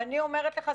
ואני אומרת לך,